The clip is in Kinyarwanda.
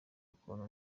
ukuntu